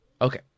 Okay